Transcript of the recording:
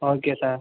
okay sir